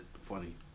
funny